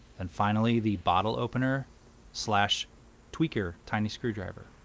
and finally the bottle opener slash tweaker tiny screwdriver.